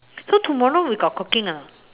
so tomorrow we got cooking or not